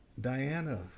Diana